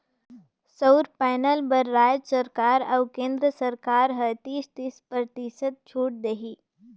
सउर पैनल बर रायज सरकार अउ केन्द्र सरकार हर तीस, तीस परतिसत छूत देही